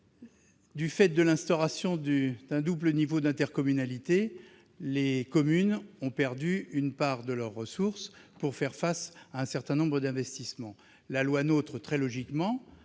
Du fait de l'instauration d'un double niveau d'intercommunalité, les communes ont perdu une part de leurs ressources pour faire face à un certain nombre d'investissements. La loi NOTRe a très logiquement